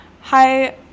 Hi